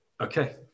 Okay